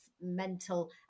mental